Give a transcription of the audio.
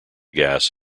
gas